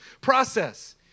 process